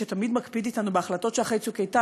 שתמיד מקפיד אתנו בהחלטות שאחרי "צוק איתן",